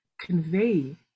convey